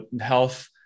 health